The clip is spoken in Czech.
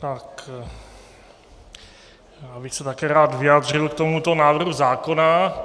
Já bych se také rád vyjádřil k tomuto návrhu zákona.